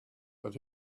but